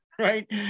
Right